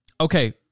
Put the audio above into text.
okay